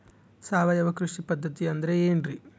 ಸಾವಯವ ಕೃಷಿ ಪದ್ಧತಿ ಅಂದ್ರೆ ಏನ್ರಿ?